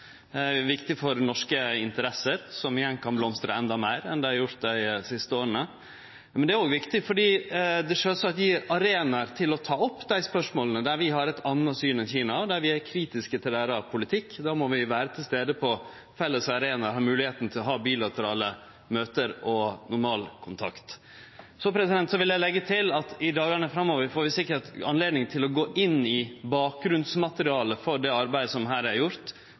er viktig for norske interesser, som igjen kan blomstre enda meir enn dei har gjort dei siste åra. Det er òg viktig fordi det gjev arenaer for å ta opp dei spørsmåla der vi har eit anna syn enn Kina. Der vi er kritiske til deira politikk, må vi vere til stades på felles arenaer og ha moglegheit til å ha bilaterale møte og normal kontakt. Eg vil leggje til at vi i dagane framover sikkert får anledning til å gå inn i bakgrunnsmaterialet for det arbeidet som her er gjort